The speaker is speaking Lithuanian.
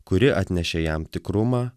kuri atnešė jam tikrumą